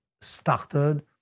started